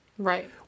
Right